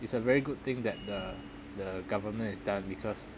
it's a very good thing that the the government has done because